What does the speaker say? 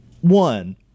one –